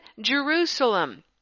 Jerusalem